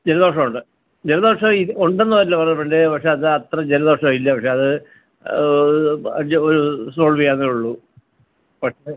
ജലദോഷമുണ്ട് ജലദോഷം ഉണ്ടെന്നുമല്ല ഉണ്ട് പക്ഷെ അത്ര ജലദോഷമില്ല പക്ഷെ അത് പക്ഷെ അത് സോൾവ് ചെയ്യാവുന്നതേയുള്ളൂ പക്ഷെ